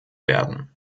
werden